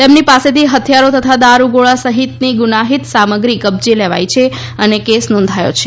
તેમની પાસેથી હથિયારો તથા દારૂગોળા સહિતની ગુનાઇત સામગ્રી કબ્જે લેવાઈ છે અને કેસ નોંધાયો છે